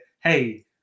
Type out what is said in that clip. hey